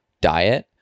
diet